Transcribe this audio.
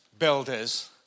Builders